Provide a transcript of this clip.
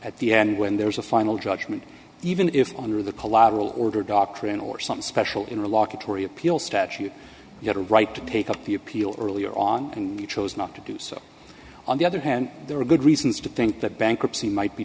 at the end when there's a final judgment even if under the collateral order doctrine or some special in the law kotori appeal statute you have a right to take up the appeal earlier on and you chose not to do so on the other hand there are good reasons to think that bankruptcy might be